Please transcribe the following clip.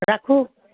ৰাখোঁ